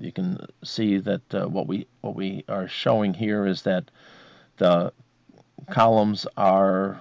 you can see that what we what we are showing here is that the columns are